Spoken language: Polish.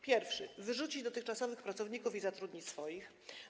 Pierwszy - wyrzucić dotychczasowych pracowników i zatrudnić swoich.